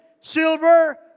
silver